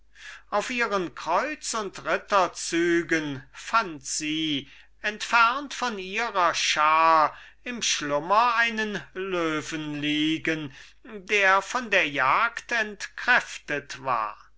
auf ihren kreuz und ritterzügen fand sie entfernt von ihrer schar im schlummer einen löwen liegen der von der jagd entkräftet war